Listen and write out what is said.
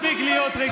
מספיק להיות רגועים,